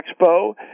Expo